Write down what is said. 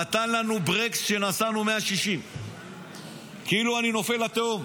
נתן לנו ברקס כשנסענו 160. כאילו אני נופל לתהום.